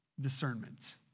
discernment